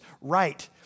Right